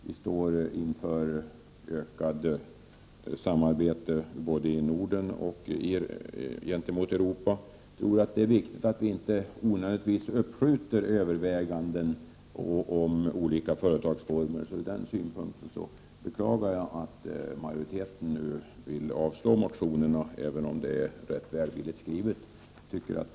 Vi står inför ett ökat samarbete både i Norden och gentemot Europa, och det är viktigt att inte i onödan uppskjuta överväganden om olika företagsformer. Från den synpunkten beklagar jag att majoriteten vill avslå motionerna, även om skrivningen är välvillig.